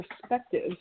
perspective